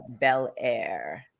Bel-Air